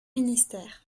ministère